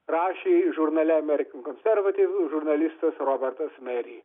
rašė žurnale american conservative žurnalistas robertas meri